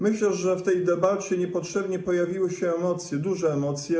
Myślę, że w tej debacie niepotrzebnie pojawiły się emocje, duże emocje.